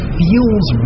feels